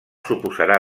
suposarà